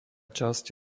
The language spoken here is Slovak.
časť